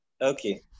Okay